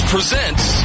presents